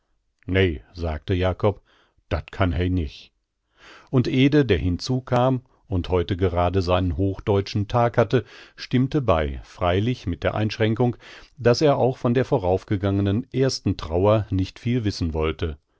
ne sagte jakob dat kann he nich und ede der hinzukam und heute gerade seinen hochdeutschen tag hatte stimmte bei freilich mit der einschränkung daß er auch von der voraufgegangenen ersten trauer nicht viel wissen wollte